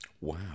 Wow